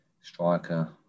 Striker